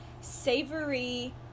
savory